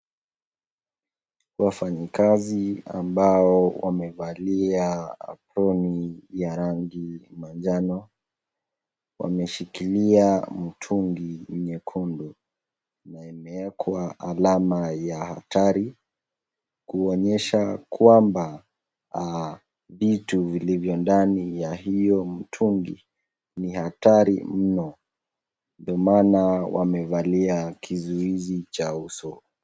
Wafanyikazi ambao wamevalia aproni ya rangi manjano. Wameshikilia mtungi nyekundu na imewekwa alama ya hatari, kuonyesha kwamba vitu vilivyo ndani ya hiyo mtungi ni hatari mno ndiyo maana wamevalia kizuizi cha uso.